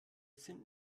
sind